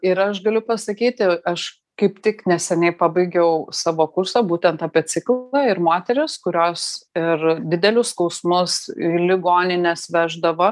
ir aš galiu pasakyti aš kaip tik neseniai pabaigiau savo kursą būtent apie ciklą ir moterys kurios ir didelius skausmus į ligonines veždavo